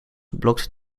blocked